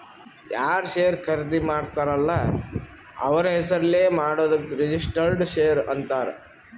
ಯಾರ್ ಶೇರ್ ಖರ್ದಿ ಮಾಡ್ತಾರ ಅಲ್ಲ ಅವ್ರ ಹೆಸುರ್ಲೇ ಮಾಡಾದುಕ್ ರಿಜಿಸ್ಟರ್ಡ್ ಶೇರ್ ಅಂತಾರ್